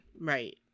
Right